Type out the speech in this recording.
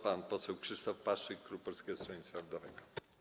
Pan poseł Krzysztof Paszyk, klub Polskiego Stronnictwa Ludowego.